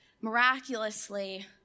miraculously